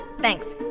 Thanks